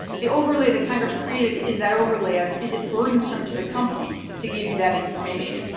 the overlay that congress created is that overlay of is it burdensome to the company to give you that information.